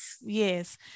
Yes